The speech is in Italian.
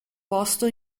posto